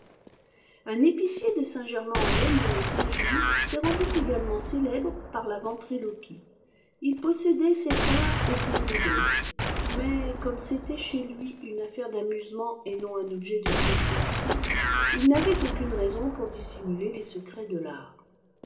un épicier de saint-germain en laye nommé saint-gilles s'est ren u également célèbre par la ventriloquie il possédait cet art au plus haut degré mais comme c'était chez lui une affaire d amusement et non un objet de spéculation il n'avait aucune raison pour dissimuler les secrets de l'art